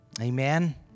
Amen